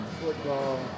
football